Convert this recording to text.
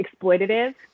exploitative